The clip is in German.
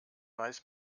weiß